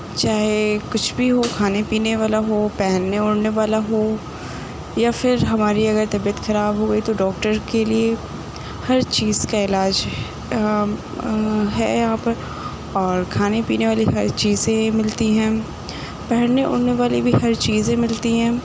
چاہے کچھ بھی ہو کھانے پینے والا ہو پہننے اوڑھنے والا ہو یا پھر ہماری اگر طبیعت خراب ہو گئی تو ڈاکٹر کے لیے ہر چیز کا علاج ہے یہاں پر اور کھانے پینے والی ہر چیزیں ملتی ہیں پہننے اوڑھنے والی بھی ہر چیزیں ملتی ہیں